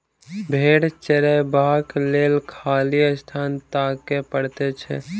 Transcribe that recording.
भेंड़ चरयबाक लेल खाली स्थान ताकय पड़ैत छै